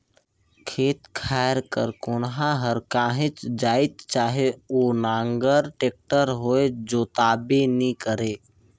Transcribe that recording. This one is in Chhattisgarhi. खेत खाएर कर कोनहा हर काहीच जाएत चहे ओ नांगर, टेक्टर होए जोताबे नी करे